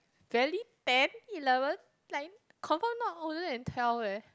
barely ten eleven nine confirm not older than twelve eh